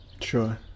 Sure